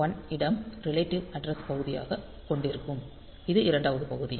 1001 இடம் relative address பகுதியைக் கொண்டிருக்கும் அது இரண்டாவது பகுதி